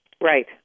Right